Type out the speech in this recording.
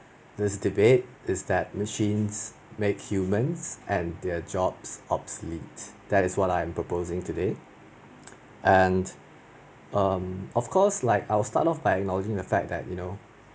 this debate is that machines make humans and their jobs obsolete that is what I am proposing today and um of course like I will start off by acknowledging the fact that you know